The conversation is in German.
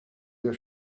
wir